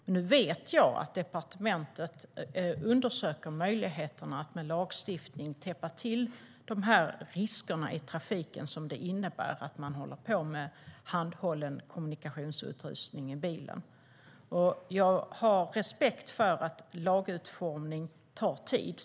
Men nu vet jag att departementet undersöker möjligheterna att med lagstiftning täppa till riskerna i trafiken som det innebär att man håller på med handhållen kommunikationsutrustning i bilen, och jag har respekt för att lagutformning tar tid.